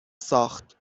ساخت